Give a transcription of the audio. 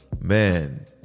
man